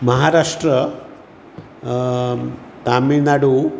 Maharashtra Tamil Nadu